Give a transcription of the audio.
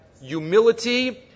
humility